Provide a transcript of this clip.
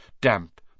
damp